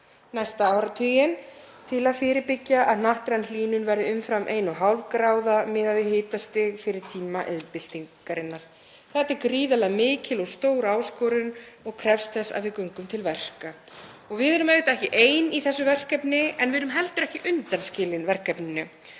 næsta áratuginn til að fyrirbyggja að hnattræn hlýnun verði umfram 1,5°C miðað við hitastig fyrir tíma iðnbyltingarinnar. Þetta er gríðarlega mikil og stór áskorun og krefst þess að við göngum til verka. Við erum auðvitað ekki ein í þessu verkefni en við erum heldur ekki undanskilin verkefninu.